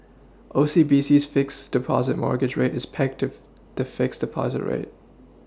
OCBC's fixed Deposit mortgage rate is the fixed Deposit rate